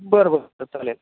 बरं बरं बरं चालेल